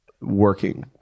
working